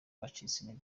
bacitse